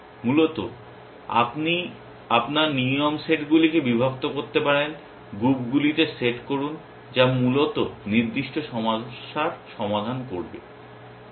মূলত আপনি আপনার নিয়ম সেটগুলিকে বিভক্ত করতে পারেন গ্রুপগুলিতে সেট করুন যা মূলত নির্দিষ্ট সমস্যার সমাধান করবে